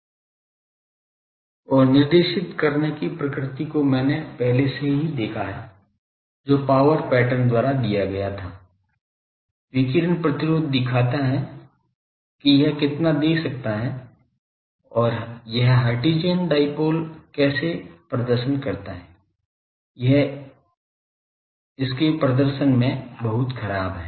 और निर्देशित करने की प्रकृति को मैंने पहले से ही देखा है जो पावर पैटर्न द्वारा दिया गया था विकिरण प्रतिरोध दिखाता है कि यह कितना दे सकता है और यह हर्ट्ज़ियन डायपोल कैसे प्रदर्शन करता है यह इसके प्रदर्शन में बहुत खराब है